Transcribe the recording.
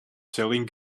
selling